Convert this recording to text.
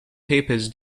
tapers